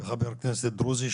וכחבר כנסת דרוזי,